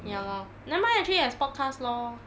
ya lor never mind lah treat it as podcast lor